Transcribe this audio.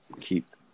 keep